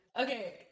Okay